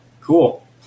cool